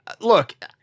Look